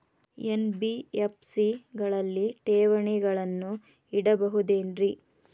NBFC ಗಳಲ್ಲಿ ಠೇವಣಿಗಳನ್ನು ಇಡಬಹುದೇನ್ರಿ?